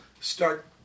start